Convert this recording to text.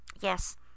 Yes